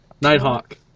Nighthawk